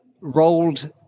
rolled